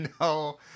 No